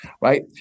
right